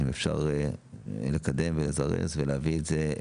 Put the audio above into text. אם אפשר לקדם ולזרז ולהגיד גם